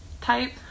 type